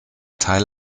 teil